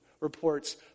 reports